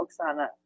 Oksana